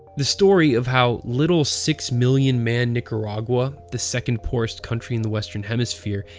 the story of how little six-million-man nicaragua, the second-poorest country in the western hemisphere,